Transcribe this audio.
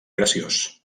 graciós